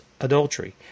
adultery